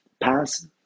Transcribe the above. pass